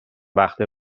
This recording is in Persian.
وقته